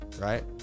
right